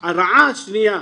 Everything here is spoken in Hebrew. הרעה השנייה,